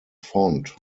font